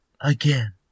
again